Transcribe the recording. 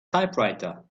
typewriter